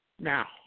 now